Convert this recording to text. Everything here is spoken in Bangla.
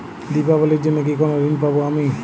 দীপাবলির জন্য কি কোনো ঋণ পাবো আমি?